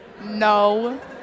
No